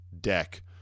deck